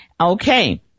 Okay